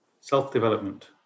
Self-development